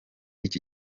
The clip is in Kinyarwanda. iki